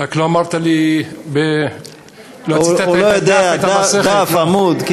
רק לא אמרת לי, הוא לא יודע דף ועמוד.